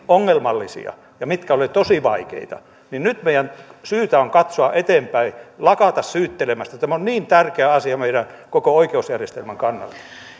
ongelmallisia ja mitkä olivat tosi vaikeita mutta nyt meidän on syytä katsoa eteenpäin lakata syyttelemästä tämä on niin tärkeä asia meidän koko oikeusjärjestelmän kannalta